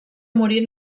morir